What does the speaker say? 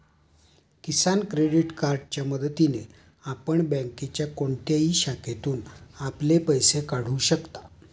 किसान credit कार्डच्या मदतीने आपण बँकेच्या कोणत्याही शाखेतून आपले पैसे काढू शकता